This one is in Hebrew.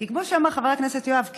כי כמו שאמר חבר הכנסת יואב קיש,